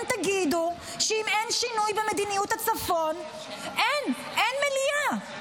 תגידו שאם אין שינוי במדיניות הצפון אין מליאה.